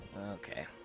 Okay